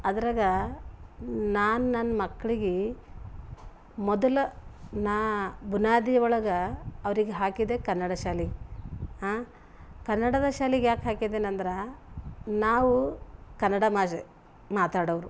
ಅದ್ರಾಗ ನಾನು ನನ್ನ ಮಕ್ಳಿಗೆ ಮೊದಲ ನಾ ಬುನಾದಿ ಒಳಗೆ ಅವ್ರಿಗೆ ಹಾಕಿದ್ದೇ ಕನ್ನಡ ಶಾಲೆಗ್ ಆಂ ಕನ್ನಡದ ಶಾಲೆಗ್ ಯಾಕೆ ಹಾಕಿದೆನಂದ್ರೆ ನಾವು ಕನ್ನಡ ಮಾಜ್ ಮಾತಾಡವ್ರು